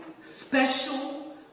special